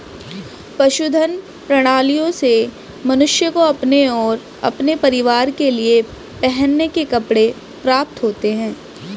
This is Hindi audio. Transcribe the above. पशुधन प्रणालियों से मनुष्य को अपने और अपने परिवार के लिए पहनने के कपड़े प्राप्त होते हैं